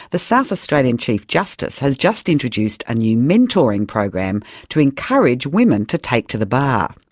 the south australian chief justice has just introduced a new mentoring program to encourage women to take to the bar.